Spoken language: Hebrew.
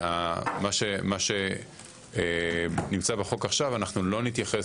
ומה שנמצא בחוק עכשיו אנחנו לא נתייחס